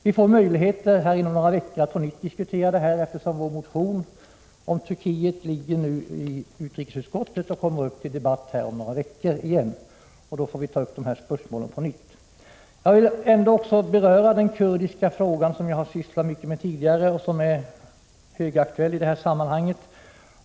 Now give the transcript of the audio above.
Vi kommer att få möjlighet att på nytt diskutera de här spörsmålen, eftersom vår motion om Turkiet ligger för behandling i utrikesutskottet och kommer upp till debatt i kammaren inom några veckor. Jag vill också något beröra den kurdiska frågan, som jag har engagerat mig mycket i tidigare och som är högaktuell i det här sammanhanget.